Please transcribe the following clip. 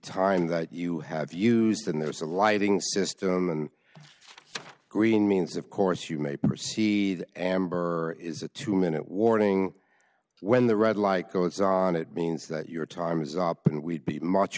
time that you have used and there's a lighting system and green means of course you may proceed amber is a two minute warning when the red light goes on it means that your time is up and we'd be much